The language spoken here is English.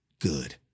good